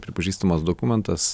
pripažįstamas dokumentas